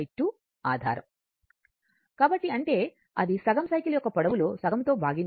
ఇది సగం సైకిల్ లో వైశాల్యం విలువని సగం సైకిల్ యొక్క పొడవు లో సగం తో భాగించాలి